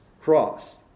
cross